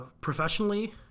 professionally